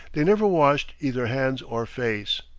they never washed either hands or face.